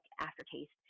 aftertaste